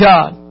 God